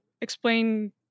explain